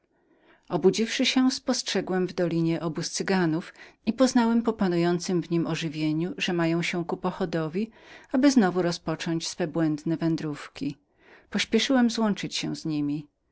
obudziwszy się spostrzegłem w dolinie obóz cyganów i rozpoznałem poruszenia oznaczające że mieli się ku pochodowi aby znowu rozpocząć ich błędne wędrówki pospieszyłem złączyć się z niemi